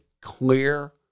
clear